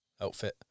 outfit